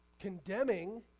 condemning